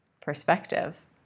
perspective